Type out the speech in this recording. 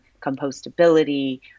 compostability